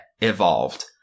evolved